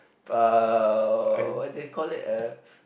uh what do you call it uh